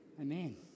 Amen